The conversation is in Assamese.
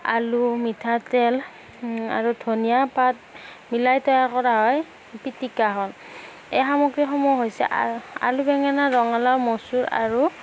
আলু মিঠাতেল আৰু ধনিয়া পাত মিলাই তৈয়াৰ কৰা হয় পিটিকাকণ এই সামগ্ৰী সমূহ হৈছে আলু বেঙেনা ৰঙালাও মচুৰ আৰু